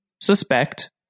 suspect